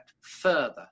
further